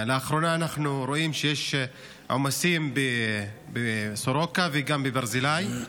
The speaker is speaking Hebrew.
לאחרונה אנחנו רואים שיש עומסים בסורוקה וגם בברזילאי,